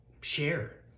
share